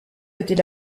était